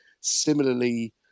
similarly